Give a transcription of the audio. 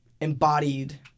embodied